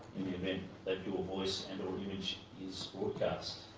in the event that your voice and or image is broadcast.